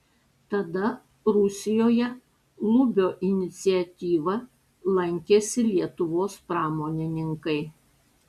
tada rusijoje lubio iniciatyva lankėsi lietuvos pramonininkai